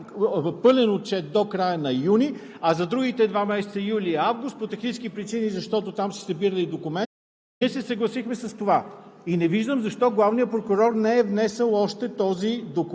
Още повече че аз видях при Вас писмото, в което ясно той пише, че е готов да направи пълен отчет до края на юни, а за другите два месеца – юли и август, по технически причини, защото там се събирали документите,